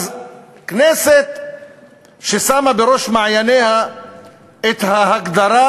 אז כנסת ששמה בראש מעייניה את ההגדרה